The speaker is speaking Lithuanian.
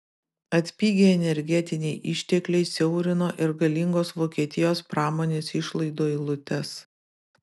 atpigę energetiniai ištekliai siaurino ir galingos vokietijos pramonės išlaidų eilutes